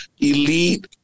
elite